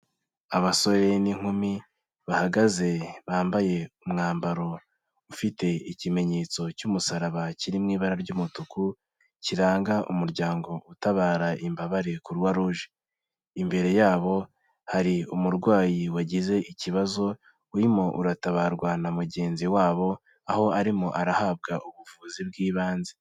Abasore n'inkumi bahagaze bambaye umwambaro ufite ikimenyetso cy'umusaraba kiri mu ibara ry'umutuku kiranga umuryango utabara imbabare Croix rouge, imbere yabo hari umurwayi wagize ikibazo urimo uratabarwa na mugenzi wabo aho arimo arahabwa ubuvuzi bw'ibanze.